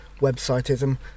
websiteism